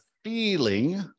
feeling